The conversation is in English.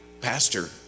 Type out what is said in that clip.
pastor